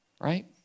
Right